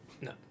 No